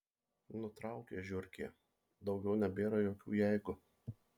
nutraukė žiurkė daugiau nebėra jokių jeigu